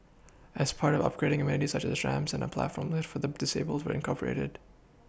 as part of the upgrading amenities such as ramps and a platform lift for the disabled were incorporated